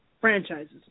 franchises